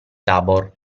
tabor